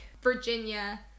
Virginia